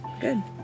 Good